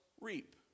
reap